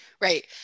right